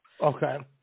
Okay